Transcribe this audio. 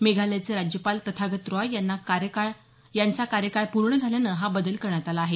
मेघालयचे राज्यपाल तथागत रॉय यांचा कार्यकाळ पूर्ण झाल्यान हा बदल करण्यात आला आहे